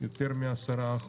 יותר מ-10%.